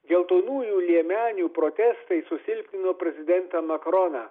geltonųjų liemenių protestai susilpnino prezidentą makaroną